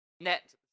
net